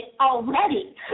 already